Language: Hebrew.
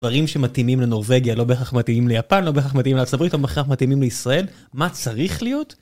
דברים שמתאימים לנורבגיה לא בהכרח מתאימים ליפן לא בהכרח מתאימים לארצות הברית לא בהכרח מתאימים לישראל מה צריך להיות?